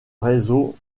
réseau